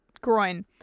groin